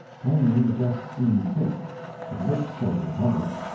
plainly the guest seemed hit it looked so to the public.